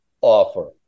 offer